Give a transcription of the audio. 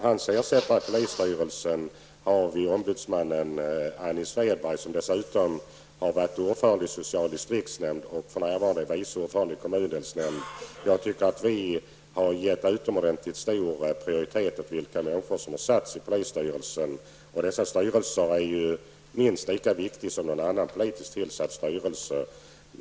Hans ersättare i polisstyrelsen är omudsman Annie Swedberg, som dessutom har varit ordförande i social distriktsnämnd och för närvarande är vice ordförande i dels kommundelsnämnden. Jag anser att vi har givit en utomordentligt hög prioritet när det gäller vilka människor som placerats i denna styrelse. Dessa styrelser är minst lika viktiga som någon annan politiskt tillsatt styrelse.